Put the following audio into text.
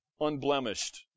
unblemished